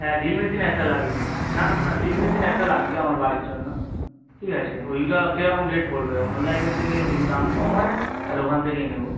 হ্যাঁ drill machine একটা লাগবে না না না ড্রিল মেশিন একটা লাগবে আমার বাড়ির জন্য ঠিক আছে ওইটা কেরকম রেট পড়বে অনলাইনের থেকে যদি দাম কম হয় তাহলে ওখান থেকেই নেবো